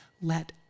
Let